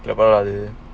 எப்பநடந்தது:epa nadanthathu